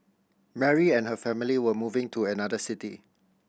Mary and her family were moving to another city